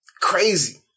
crazy